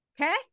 Okay